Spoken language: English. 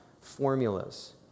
formulas